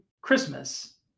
Christmas